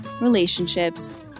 relationships